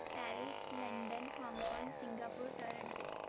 Paris London Hong Kong Singapore Toronto